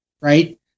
right